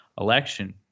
election